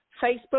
Facebook